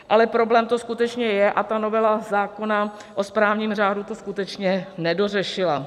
Ale problém to skutečně je a novela zákona o správním řádu to skutečně nedořešila.